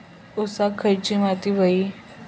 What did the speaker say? ऊसाक खयली माती व्हयी?